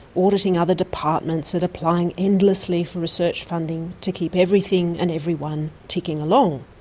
auditing other departments and applying endlessly for research funding to keep everything and everyone ticking along.